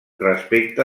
respecte